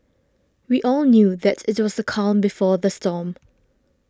we all knew that it was the calm before the storm